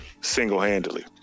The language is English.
single-handedly